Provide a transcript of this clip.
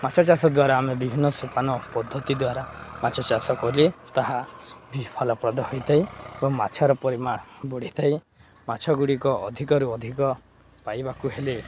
ମାଛ ଚାଷ ଦ୍ୱାରା ଆମେ ବିଭିନ୍ନ ସୋପାନ ପଦ୍ଧତି ଦ୍ୱାରା ମାଛ ଚାଷ କରି ତାହା ବି ଫଳପ୍ରଦ ହୋଇଥାଏ ଏବଂ ମାଛର ପରିମାଣ ବଢ଼ିଥାଏ ମାଛ ଗୁଡ଼ିକ ଅଧିକରୁ ଅଧିକ ପାଇବାକୁ ହେଲେ